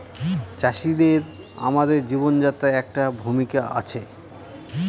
চাষিদের আমাদের জীবনযাত্রায় একটা ভূমিকা আছে